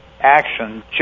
action